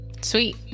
Sweet